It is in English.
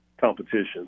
competition